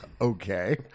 Okay